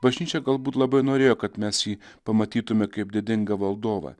bažnyčia galbūt labai norėjo kad mes jį pamatytume kaip didingą valdovą